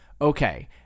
Okay